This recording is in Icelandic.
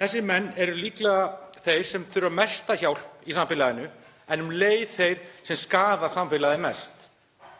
Þessir menn eru líklega þeir sem þurfa mesta hjálp í samfélaginu en um leið þeir sem skaða samfélagið mest.